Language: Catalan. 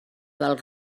del